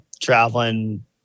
traveling